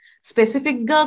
specific